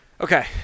Okay